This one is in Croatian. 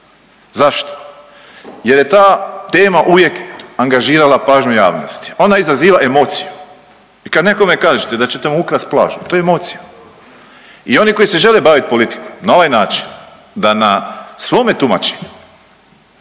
Zašto? Jer je ta tema uvijek angažira pažnju javnosti. Ona izaziva emociju. I kad nekome kažete da ćete mu ukrasti plažu pa to je emocija. I oni koji se žele baviti politikom na ovaj način da na svome tumačenju